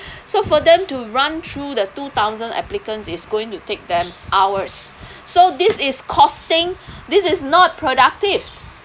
so for them to run through the two thousand applicants is going to take them hours so this is costing this is not productive